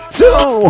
two